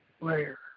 layer